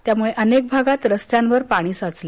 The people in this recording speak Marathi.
त्यामुळे अनेक भागांत रस्त्यांवर पाणी साचलं